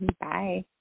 Bye